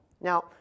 Now